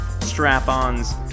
strap-ons